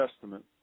Testament